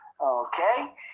okay